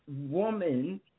Woman